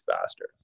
faster